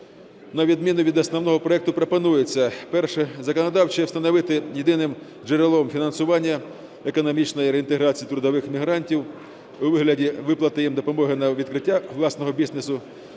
На відміну від основного проекту пропонується: Перше. Законодавчо встановити єдиним джерелом фінансування економічної реінтеграції трудових мігрантів у вигляді виплати їм допомоги на відкриття власного бізнесу